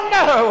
no